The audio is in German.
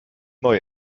neu